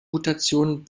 mutation